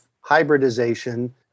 hybridization